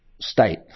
State